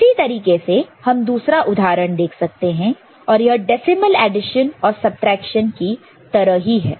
इसी तरीके से हम दूसरा उदाहरण देख सकते हैं और यह डेसिमल एडिशन और सबट्रैक्शन की तरह ही है